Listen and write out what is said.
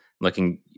looking